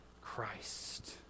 Christ